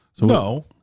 No